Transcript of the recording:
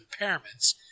impairments